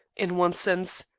in one sense.